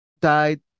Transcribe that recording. died